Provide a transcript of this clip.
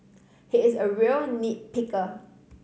he is a real nit picker